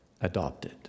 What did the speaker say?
Adopted